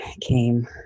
came